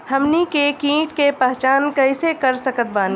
हमनी के कीट के पहचान कइसे कर सकत बानी?